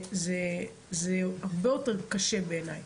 זה הרבה יותר קשה בעיניי.